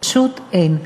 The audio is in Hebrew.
פשוט אין.